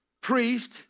priest